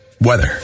weather